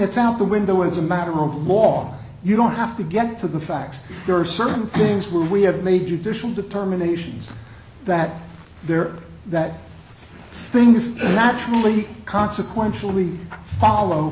it's out the window as a matter of law you don't have to get to the facts there are certain things where we have made judicial determinations that they're that things naturally consequentially follow